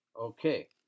Okay